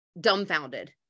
dumbfounded